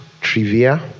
trivia